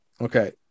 Okay